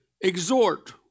exhort